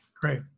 Great